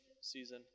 season